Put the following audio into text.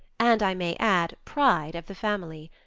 and i may add, pride of the family.